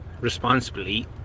responsibly